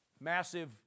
Massive